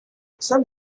some